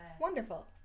Wonderful